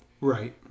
Right